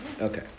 Okay